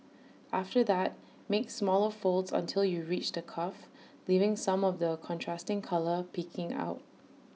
after that make smaller folds until you reach the cuff leaving some of the contrasting colour peeking out